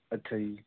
ਅੱਛਾ ਜੀ